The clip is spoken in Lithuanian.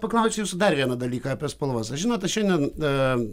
paklausiu jūsų dar vieną dalyką apie spalvas aš žinot šiandien a